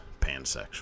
pansexual